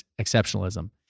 exceptionalism